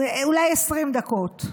אולי 20 דקות,